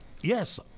yes